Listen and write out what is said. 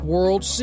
World